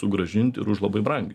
sugrąžinti ir už labai brangiai